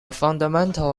fundamental